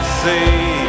See